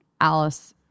Alice